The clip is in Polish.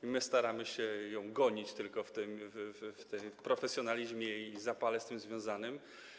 To my staramy się ją gonić w tym profesjonalizmie i zapale z tym związanym.